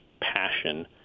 passion